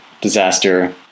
disaster